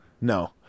no